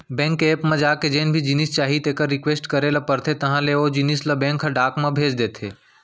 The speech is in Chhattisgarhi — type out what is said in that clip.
बेंक के ऐप म जाके जेन भी जिनिस चाही तेकर रिक्वेस्ट करे ल परथे तहॉं ले ओ जिनिस ल बेंक ह डाक म भेज देथे